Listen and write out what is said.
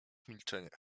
milczenie